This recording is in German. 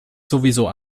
sowieso